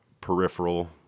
peripheral